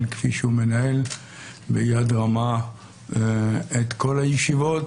כפי שהוא מנהל ביד רמה את כל הישיבות,